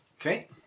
Okay